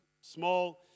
small